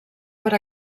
per